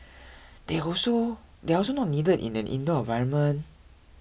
they also they are also not needed in an indoor environment